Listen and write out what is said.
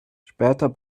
später